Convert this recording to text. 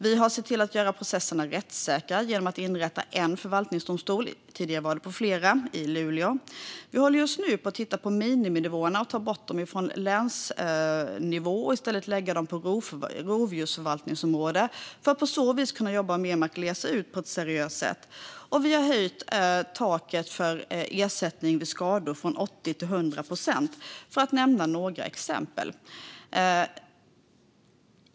Vi har sett till att göra processerna rättssäkra genom att inrätta en enda förvaltningsdomstol - tidigare var det flera - i Luleå. Vi håller just nu på att titta på miniminivåerna och på att ta bort dem från länsnivå och i stället lägga dem på rovdjursförvaltningsområdet. På så vis kan vi jobba mer med att glesa ut dem på ett seriöst sätt. Vi har höjt taket för ersättning vid skador från 80 till 100 procent. Detta är några exempel.